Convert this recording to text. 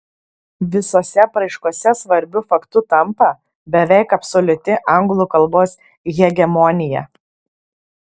visose apraiškose svarbiu faktu tampa beveik absoliuti anglų kalbos hegemonija